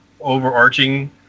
overarching